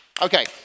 Okay